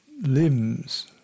limbs